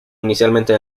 inicialmente